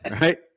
right